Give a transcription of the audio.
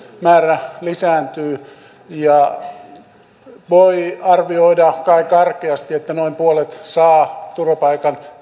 määrä lisääntyy voi arvioida kai karkeasti että ehkä enimmillään noin puolet saa turvapaikan